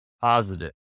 positive